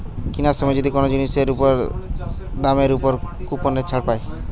কিনার সময় যদি কোন জিনিসের দামের উপর কুপনের ছাড় পায়